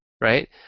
Right